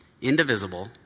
indivisible